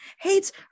hates